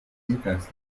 defense